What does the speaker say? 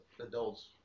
adults